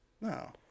No